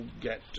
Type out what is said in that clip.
get